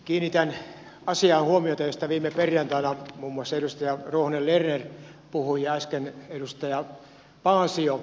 kiinnitän asiaan huomiota josta viime perjantaina muun muassa edustaja ruohonen lerner puhui ja äsken edustaja paasio